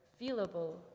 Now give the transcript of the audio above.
feelable